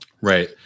Right